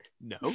No